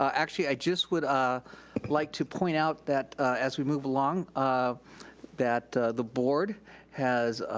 um actually i just would ah like to point out that as we move along um that the board has